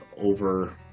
over